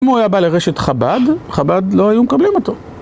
אם הוא היה בא לרשת חב״ד, חב״ד לא היו מקבלים אותו.